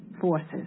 forces